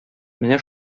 менә